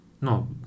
No